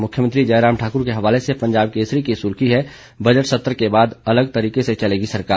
मुख्यमंत्री जयराम ठाक्र के हवाले से पंजाब केसरी की सुर्खी है बजट सत्र के बाद अलग तरीके से चलेगी सरकार